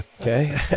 Okay